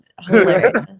hilarious